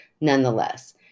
nonetheless